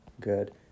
Good